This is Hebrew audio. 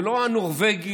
ולא הנורבגי,